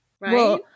right